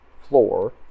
floor